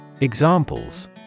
Examples